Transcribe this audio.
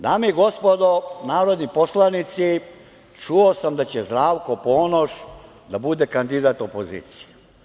Dame i gospodo narodni poslanici, čuo sam da će Zdravko Ponoš da bude kandidat opozicije.